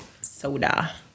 soda